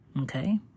Okay